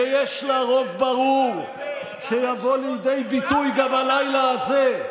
שיש לה רוב ברור, שיבוא לידי ביטוי גם הלילה הזה,